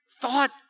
thought